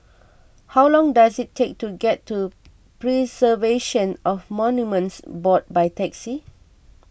how long does it take to get to Preservation of Monuments Board by taxi